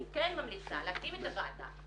אני כן ממליצה להקים את הוועדה,